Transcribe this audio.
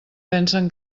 pensen